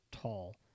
tall